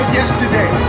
yesterday